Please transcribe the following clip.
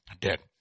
dead